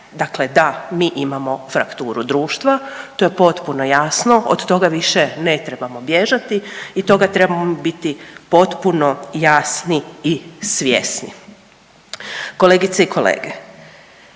Dakle, da mi imamo frakturu društva, to je potpuno jasno, od toga više ne trebamo bježati i toga trebamo biti potpuno jasni i svjesni. Kolegice i kolege,